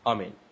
Amen